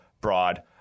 broad